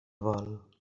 vol